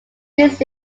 this